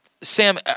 Sam